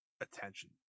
attention